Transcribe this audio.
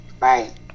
Right